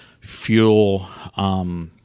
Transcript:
fuel